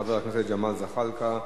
חבר הכנסת ג'מאל זחאלקה,